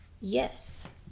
yes